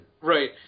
Right